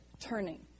turning